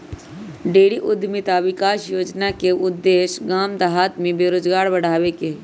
dairy उद्यमिता विकास योजना के उद्देश्य गाम देहात में रोजगार बढ़ाबे के हइ